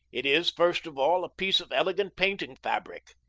it is, first of all, a piece of elegant painting-fabric.